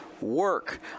work